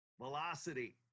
velocity